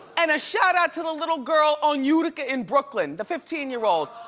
and a shout out to the little girl on utica in brooklyn, the fifteen year old.